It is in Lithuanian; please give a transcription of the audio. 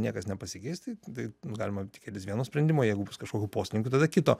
niekas nepasikeis tai galima tikėtis vieno sprendimo jeigu bus kažkokių poslinkių tada kito